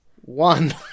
one